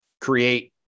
create